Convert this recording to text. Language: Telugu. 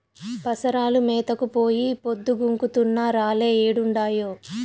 పసరాలు మేతకు పోయి పొద్దు గుంకుతున్నా రాలే ఏడుండాయో